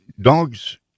dogs